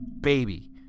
baby